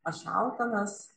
aš alkanas